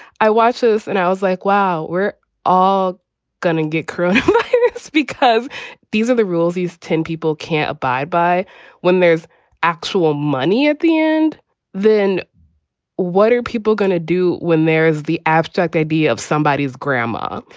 i watch this and i was like, wow, we're all going to get crushed because these are the rules these ten people can't abide by when there's actual money at the end then what are people going to do when there's the abstract baby of somebodies grandma?